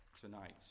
tonight